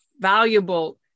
valuable